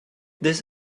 this